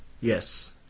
Yes